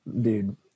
Dude